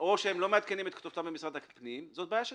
או שהם לא מעדכנים את כתובתם במשרד הפנים זו בעיה שלהם.